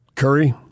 Curry